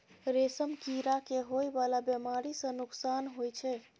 रेशम कीड़ा के होए वाला बेमारी सँ नुकसान होइ छै